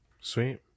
sweet